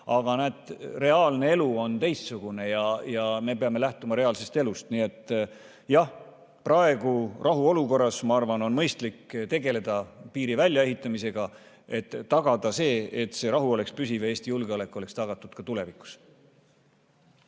aga reaalne elu on teistsugune ja me peame lähtuma reaalsest elust. Nii et jah, praegu, rahuolukorras, ma arvan, on mõistlik tegeleda piiri väljaehitamisega, et tagada see, et rahu oleks püsiv ja Eesti julgeolek oleks tagatud ka tulevikus.